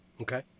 Okay